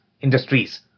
industries